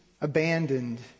abandoned